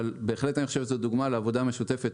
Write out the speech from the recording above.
אבל אני חושב שזו בהחלט דוגמה לעבודה משותפת